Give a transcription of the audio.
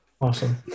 Awesome